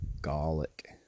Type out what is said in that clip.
garlic